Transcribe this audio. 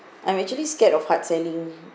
I'm actually scared of hard selling